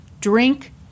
drink